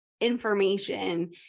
information